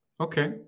Okay